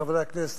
חברי הכנסת,